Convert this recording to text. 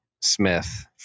Smith